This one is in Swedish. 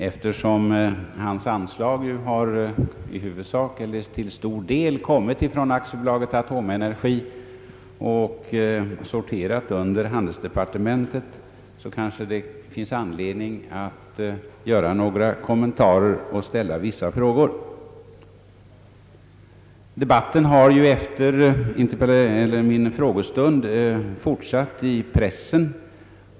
Eftersom hans anslag har i huvudsak eller till stor del kommit från AB Atomenergi och sorterat under handelsdepartementet finns det kanske anledning att här göra några kommentarer och ställa vissa frågor. Debatten har ju efter min frågestund fortsatt i pressen.